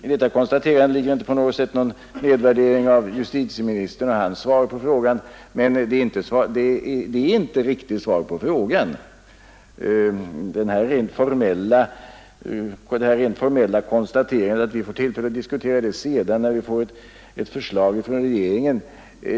I detta konstaterande ligger inte någon nedvärdering av justitieministern och hans svar på frågan. Men detta är inte något riktigt svar. Där görs bara ett rent formellt konstaterande att vi får tillfälle att diskutera saken när det kommer ett förslag från regeringen.